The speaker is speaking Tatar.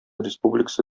республикасы